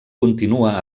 continua